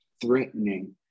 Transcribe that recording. threatening